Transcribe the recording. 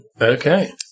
Okay